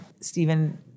Stephen